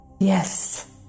Yes